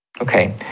okay